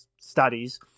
studies